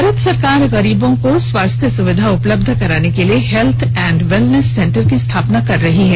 भारत सरकार गरीबो को स्वास्थ्य सुविधा उपलब्ध कराने के लिए हेल्थ एंड वेलनेस सेन्टर की स्थापना कर रही है